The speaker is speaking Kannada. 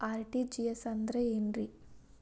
ಆರ್.ಟಿ.ಜಿ.ಎಸ್ ಅಂದ್ರ ಏನ್ರಿ?